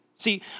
See